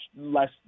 less